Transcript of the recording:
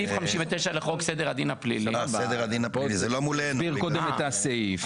סעיף 59 לחוק הדין הפלילי --- תסביר קודם את הסעיף.